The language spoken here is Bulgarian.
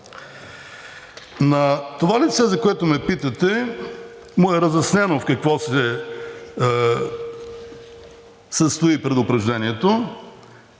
На това лице, за което ме питате, му е разяснено в какво се състои предупреждението,